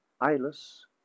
eyeless